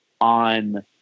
on